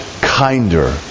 kinder